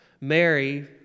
Mary